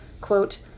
Quote